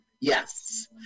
yes